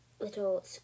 little